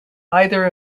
either